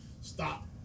stop